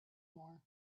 more